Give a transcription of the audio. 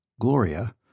Gloria